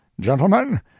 Gentlemen